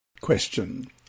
Question